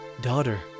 Daughter